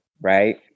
right